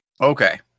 Okay